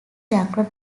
younger